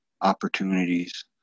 opportunities